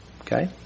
Okay